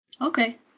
Okay